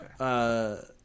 Okay